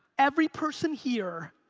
every person here